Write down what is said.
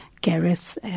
Gareth